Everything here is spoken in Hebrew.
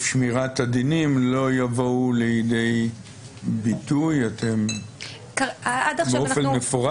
שמירת הדינים לא יבואו לידי ביטוי באופן מפורש?